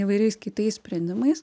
įvairiais kitais sprendimais